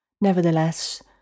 Nevertheless